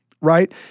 Right